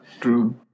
True